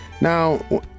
Now